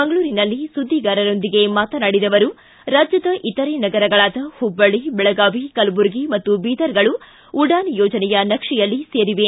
ಮಂಗಳೂರಿನಲ್ಲಿ ಸುದ್ದಿಗಾರರೊಂದಿಗೆ ಮಾತನಾಡಿದ ಅವರು ರಾಜ್ಯದ ಇತರೆ ನಗರಗಳಾದ ಹುಬ್ಬಳ್ಳಿ ಬೆಳಗಾವಿ ಕಲಬುರಗಿ ಮತ್ತು ಬೀದರ್ಗಳು ಉಡಾನ್ ಯೋಜನೆಯ ನಕ್ಷೆಯಲ್ಲಿ ಸೇರಿವೆ